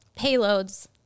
payloads